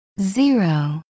Zero